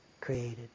created